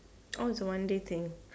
oh it's a one day thing